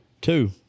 Two